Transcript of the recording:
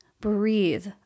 Breathe